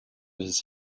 his